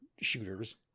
shooters